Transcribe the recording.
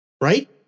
right